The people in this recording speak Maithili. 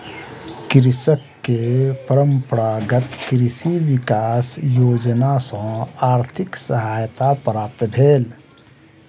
कृषक के परंपरागत कृषि विकास योजना सॅ आर्थिक सहायता प्राप्त भेल